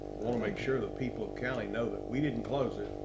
am i sure the people of cali know that we didn't close it,